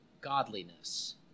godliness